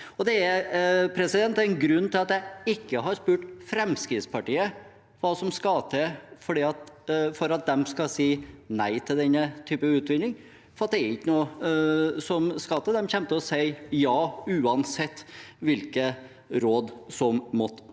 Det er en grunn til at jeg ikke har spurt Fremskrittspartiet hva som skal til for at de skal si nei til denne type utvinning, og det er at de kommer til å si ja uansett hvilke råd som måtte komme.